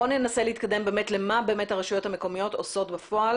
בואו ננסה להתקדם למה באמת הרשויות המקומיות עושות בפועל